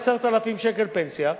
10,000 שקל פנסיה,